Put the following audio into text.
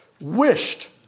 wished